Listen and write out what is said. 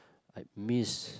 I miss